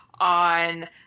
on